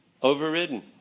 Overridden